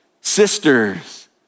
sisters